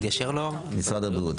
הבריאות.